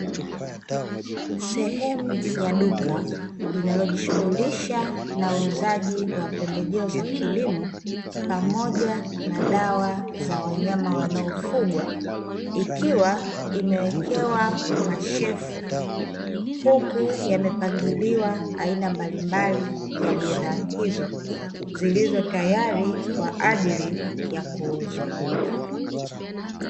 Sehemu ya duka, linalo jishughulisha na uuzaji wa pembejeo za kilimo pamoja na dawa za wanyama wanaofugwa, ikiwa imewekewa mashelfu, huku yamepangiliwa aina mbalimbali ya bidhaa hizo, zilizo tayari kwa ajili ya kuuzwa.